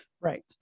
Right